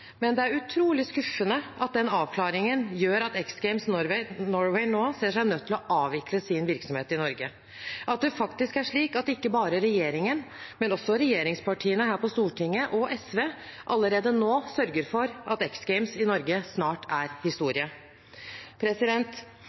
men det er utrolig skuffende at den avklaringen gjør at X Games Norway nå ser seg nødt til å avvikle sin virksomhet i Norge – at det faktisk er slik at ikke bare regjeringen, men også regjeringspartiene her på Stortinget og SV allerede nå sørger for at X Games i Norge snart er historie.